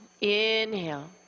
Inhale